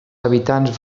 habitants